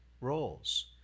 roles